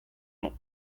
nom